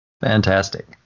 Fantastic